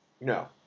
No